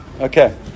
Okay